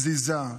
בזיזה,